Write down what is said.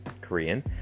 korean